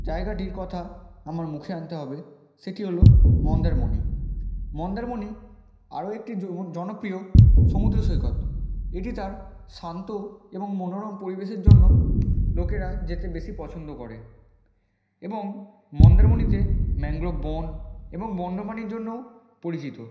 জায়গাটির কথা আমার মুখে আনতে হবে সেটি হলো মন্দারমণি মন্দারমণি আরো একটি জনপ্রিয় সমুদ্র সৈকত এটি তার শান্ত এবং মনোরম পরিবেশের জন্য লোকেরা যেতে বেশি পছন্দ করে এবং মন্দারমণিতে ম্যানগ্রোভ বন এবং বন্য পাণীর জন্যও পরিচিত